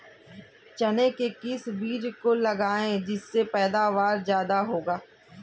चने के किस बीज को लगाएँ जिससे पैदावार ज्यादा हो?